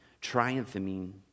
triumphing